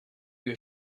you